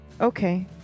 Okay